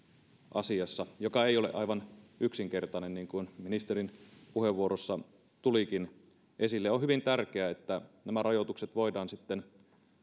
asiassa joka ei ole aivan yksinkertainen niin kuin ministerin puheenvuorossa tulikin esille on hyvin tärkeää että nämä rajoitukset voidaan sitten